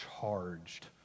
charged